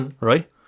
right